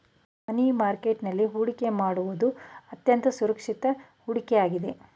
ಮನಿ market ನಲ್ಲಿ ಹೊಡಿಕೆ ಮಾಡುವುದು ಅತ್ಯಂತ ಸುರಕ್ಷಿತ ಹೂಡಿಕೆ ಆಗಿದೆ